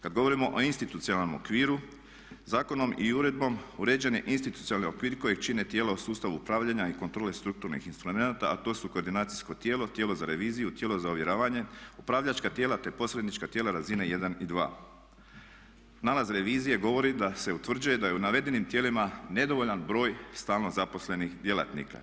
Kad govorimo o institucionalnom okviru zakonom i uredbom uređen je institucionalni okvir kojeg čine tijela u sustavu upravljanja i kontrole strukturnih instrumenata a to su koordinacijsko tijelo, tijelo za reviziju, tijelo za ovjeravanje, upravljačka tijela te posrednička tijela razine 1 i 2. Nalaz revizije govorio da se utvrđuje da je u navedenim tijelima nedovoljan broj stalno zaposlenih djelatnika.